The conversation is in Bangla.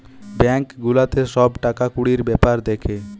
বেঙ্ক গুলাতে সব টাকা কুড়ির বেপার দ্যাখে